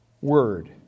word